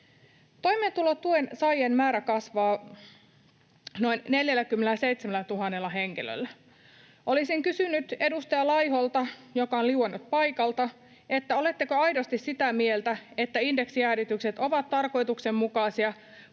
Toimeentulotuen saajien määrä kasvaa noin 47 000 henkilöllä. Olisin kysynyt edustaja Laiholta — joka on liuennut paikalta — oletteko aidosti sitä mieltä, että indeksijäädytykset ovat tarkoituksenmukaisia,